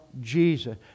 Jesus